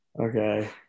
okay